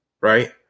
right